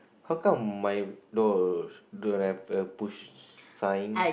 how come my door don't have a push sign